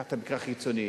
קח את המקרה הכי קיצוני,